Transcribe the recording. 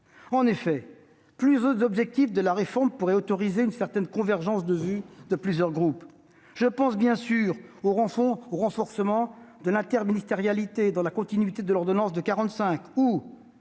En effet, plusieurs objectifs de la réforme pourraient autoriser une certaine convergence de vue de plusieurs groupes. Je pense, bien sûr, au renforcement de l'interministérialité, dans la continuité de l'ordonnance de 1945